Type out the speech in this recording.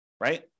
right